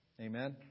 Amen